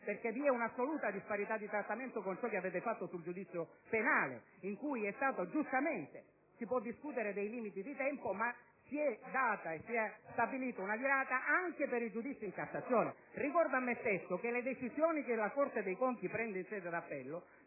vi è un'assoluta disparità di trattamento con ciò che avete fatto sul giudizio penale, in cui si può discutere dei limiti di tempo, ma si è giustamente stabilita una virata anche per i giudizi in Cassazione. Ricordo a me stesso che le decisioni che la Corte dei conti prende in sede di appello